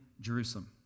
Jerusalem